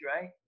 right